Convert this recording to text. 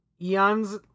eons